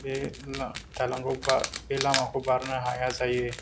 बे दालांखौ बे लामाखौ बारनो हाया जायो